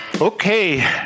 Okay